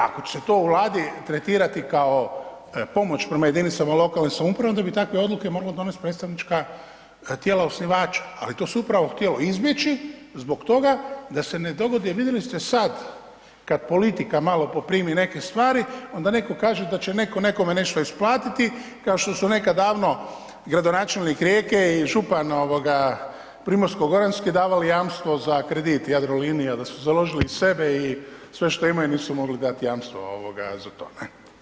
Ako će se to u Vladi tretirati kao pomoć prema jedinicama lokalne samouprave, onda bi takve odluke morala predstavnička tijela osnivači ali to su upravo htjelo izbjeći zbog toga da se ne dogodi jer vidjeli ste sad kad politika malo poprimi neke stvari onda netko kaže da će netko nekome nešto isplatiti kao što su nekad davno gradonačelnik Rijeke i župan Primorsko-goranske davali jamstvo za kredit Jadroliniji a da su založili i sebe i sve što imaju i nisu mogli dat jamstva za to, ne.